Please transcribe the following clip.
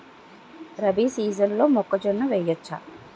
రబీ సీజన్లో మొక్కజొన్న వెయ్యచ్చా?